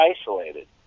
isolated